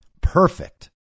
Perfect